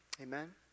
Amen